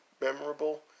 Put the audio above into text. memorable